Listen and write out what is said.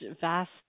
vast